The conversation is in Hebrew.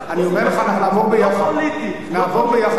אני אומר לך, אנחנו נעבור ביחד, נעבור ביחד.